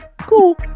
cool